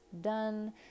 done